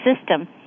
system